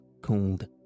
called